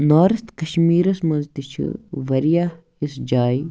north کَشمیٖرَس منٛز تہِ چھِ واریاہ اِژھ جایہِ